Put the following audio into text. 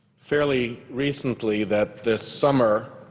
fairly recently that this summer